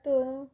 তো